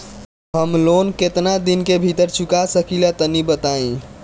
हम लोन केतना दिन के भीतर चुका सकिला तनि बताईं?